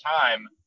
time